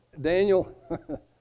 Daniel